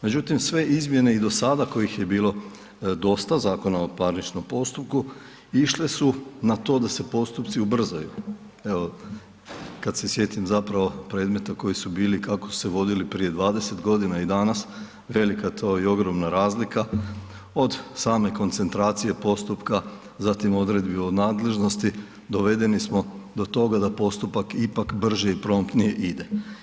Međutim, sve izmjene i do sada kojih je bilo dosta Zakona o parničnom postupku išle su na to da se postupci ubrzaju, evo kad se sjetim zapravo predmeta koji su bili i kako su se vodili prije 20 godina i danas velika je to i ogromna razlika od same koncentracije postupka, zatim odredbi o nadležnosti dovedeni smo do toga da postupak ipak brže i promptnije ide.